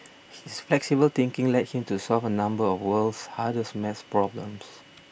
his flexible thinking led him to solve a number of world's hardest math problems